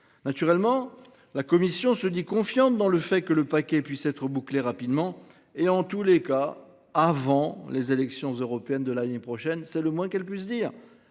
Naturellement, la Commission européenne se dit confiante dans le fait que le paquet puisse être bouclé rapidement, en tout cas, avant les élections européennes de l’année prochaine ; c’est le moins qu’elle puisse dire